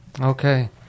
Okay